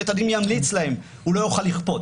בית הדין ימליץ להם, הוא לא יוכל לכפות.